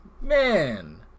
man